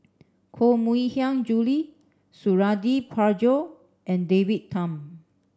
Koh Mui Hiang Julie Suradi Parjo and David Tham